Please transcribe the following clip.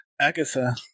Agatha